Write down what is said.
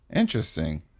interesting